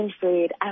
food